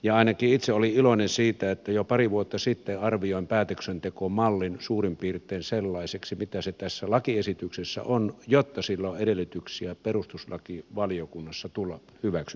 ja ainakin itse olin iloinen siitä että jo pari vuotta sitten arvioin päätöksentekomallin suurin piirtein sellaiseksi kuin mitä se tässä lakiesityksessä on jotta sillä on edellytyksiä perustuslakivaliokunnassa tulla hyväksytyksi